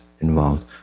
involved